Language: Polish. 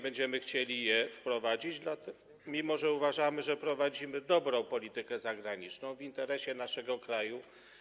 Będziemy chcieli je wprowadzić do prac, mimo że uważamy, że prowadzimy dobrą politykę zagraniczną, w interesie naszego kraju.